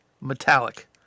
Metallic